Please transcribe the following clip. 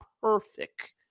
perfect